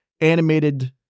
animated